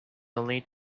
only